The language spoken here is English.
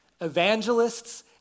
evangelists